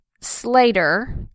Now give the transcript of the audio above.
Slater